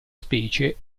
specie